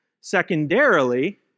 Secondarily